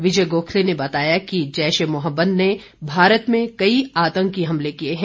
विजय गोखले ने बताया कि जैश ए मोहम्मद ने भारत में कई आतंकी हमले किए हैं